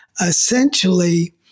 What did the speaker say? essentially